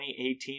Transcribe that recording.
2018